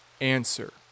answer